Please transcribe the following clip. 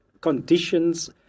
conditions